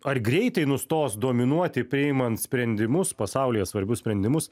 ar greitai nustos dominuoti priimant sprendimus pasaulyje svarbius sprendimus